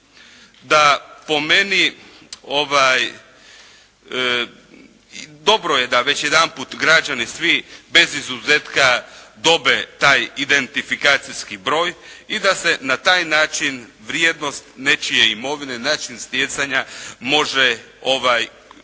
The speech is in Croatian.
da po meni, dobro je da već jedan put građani svi bez izuzetka dobe taj identifikacijski broj i da se na taj način vrijednost nečije imovine, način stjecanja može